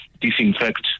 disinfect